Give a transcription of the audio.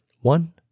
one